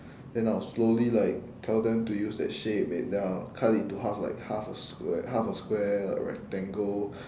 then I will slowly like tell them to use that shape then I will like cut it into half like half a s~ half a square a rectangle